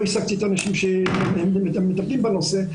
לא השגתי את האנשים שמטפלים בנושא.